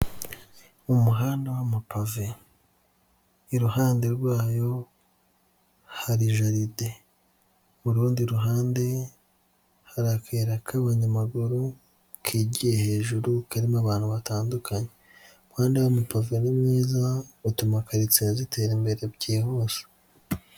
Umuhanda w'amapave iruhande rwayo hari jaride, urundi ruhande hari akayira k'abanyamaguru kigiye hejuru karimo abantu batandukanye, umuhanda w'amapave ni mwiza utuma karitsiye zitera imbere byihuse.